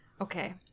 Okay